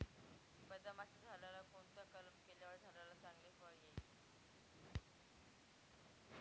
बदामाच्या झाडाला कोणता कलम केल्यावर झाडाला चांगले फळ येईल?